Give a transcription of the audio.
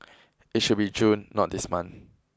it should be June not this month